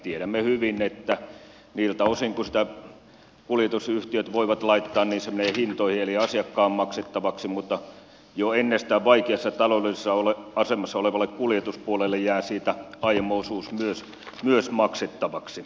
tiedämme hyvin että niiltä osin kuin sitä kuljetusyhtiöt voivat laittaa se menee hintoihin eli asiakkaan maksettavaksi mutta jo ennestään vaikeassa taloudellisessa asemassa olevalle kuljetuspuolelle jää siitä aimo osuus myös maksettavaksi